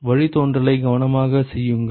வழித்தோன்றலை கவனமாக செய்யுங்கள்